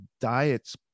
diets